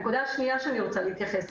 הנקודה השנייה אליה אני רוצה להתייחס.